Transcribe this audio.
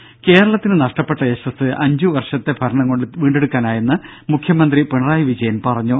ദേദ കേരളത്തിന് നഷ്ടപ്പെട്ട യശസ്സ് അഞ്ച് വർഷത്തെ ഭരണം കൊണ്ട് വീണ്ടെടുക്കാനായെന്ന് മുഖ്യമന്ത്രി പിണറായി വിജയൻ പറഞ്ഞു